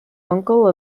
uncle